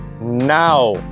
now